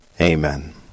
Amen